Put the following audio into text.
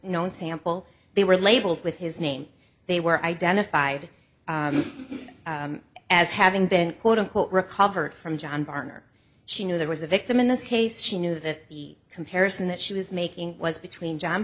known sample they were labeled with his name they were identified as having been quote unquote recovered from john barner she knew there was a victim in this case she knew that the comparison that she was making was between john